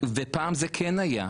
ופעם זה כן היה,